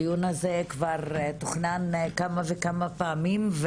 הדיון הזה כבר תוכנן כמה וכמה פעמים,